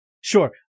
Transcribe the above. Sure